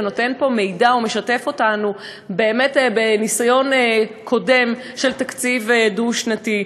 נותן פה מידע ומשתף אותנו באמת בניסיון קודם של תקציב דו-שנתי.